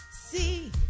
see